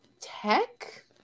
tech